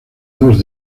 dos